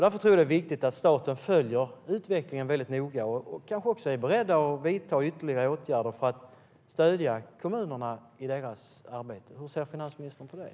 Därför är det viktigt att staten följer utvecklingen väldigt noga och är beredd att vidta ytterligare åtgärder för att stödja kommunerna i deras arbete. Hur ser finansministern på det?